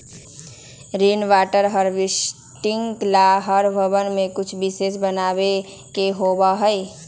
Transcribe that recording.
rain water harvesting ला हर भवन में कुछ विशेष बनावे के होबा हई